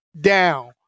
down